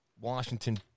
Washington